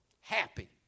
Happy